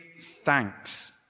thanks